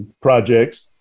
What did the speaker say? projects